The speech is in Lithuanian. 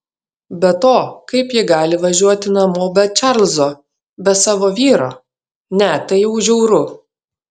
be to kaip ji gali važiuoti namo be čarlzo be savo vyro ne tai jau žiauru